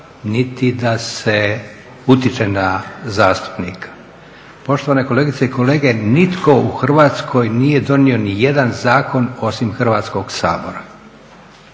niti da se utječe na zastupnika. Poštovane kolegice i kolege, nitko u Hrvatskoj nije donio nijedan zakon osim Hrvatskog sabora.